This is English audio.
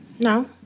No